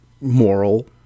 moral